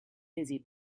busy